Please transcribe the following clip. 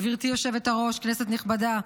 גברתי היושבת-ראש, כנסת נכבדה,